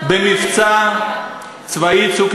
אני רוצה גם לפרגן לכם שתמכתם במבצע הצבאי "צוק איתן",